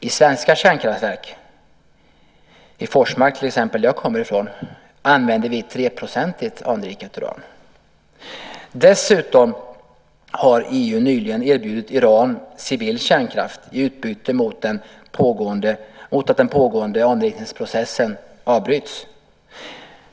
I svenska kärnkraftverk, till exempel i Forsmark som jag kommer från, används 3-procentigt anrikat uran. Dessutom har EU nyligen erbjudit Iran civil kärnkraft i utbyte mot att den pågående anrikningsprocessen avbryts.